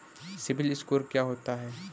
CIBIL score क्या होता है?